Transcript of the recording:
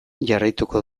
jarraituko